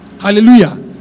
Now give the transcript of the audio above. Hallelujah